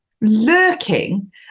lurking